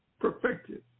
perfected